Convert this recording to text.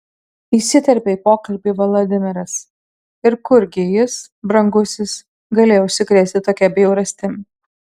įsiterpė į pokalbį vladimiras ir kurgi jis brangusis galėjo užsikrėsti tokia bjaurastim